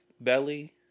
belly